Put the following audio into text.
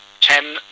ten